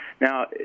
Now